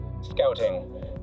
scouting